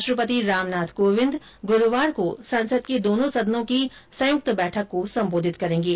राष्ट्रपति रामनाथ कोविंद गुरूवार को संसद के दोनों सदनों की संयुक्त बैठक को संबोधित करेंगे